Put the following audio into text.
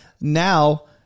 Now